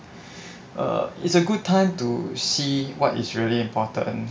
err is a good time to see what is really important